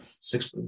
Six